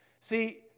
See